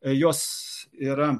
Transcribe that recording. jos yra